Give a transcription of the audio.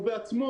הוא בעצמו.